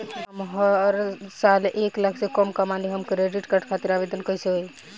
हम हर साल एक लाख से कम कमाली हम क्रेडिट कार्ड खातिर आवेदन कैसे होइ?